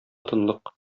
тынлык